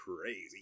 crazy